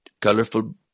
colorful